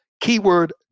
keyword